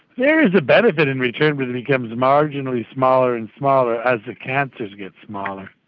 there is a benefit in return but it becomes marginally smaller and smaller as the cancers get smaller.